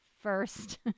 first